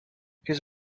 his